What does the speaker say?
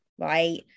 right